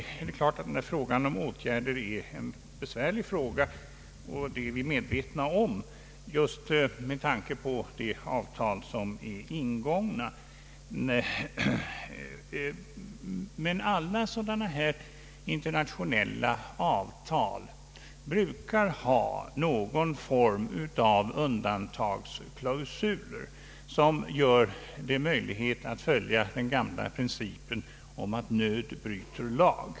Frågan om åtgärder är naturligtvis besvärlig just med tanke på ingångna avtal — det är vi medvetna om. Sådana här internationella avtal brukar emellertid ha någon form av undantagsklausul som gör det möjligt att följa den gamla principen att nöd bryter lag.